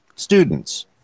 students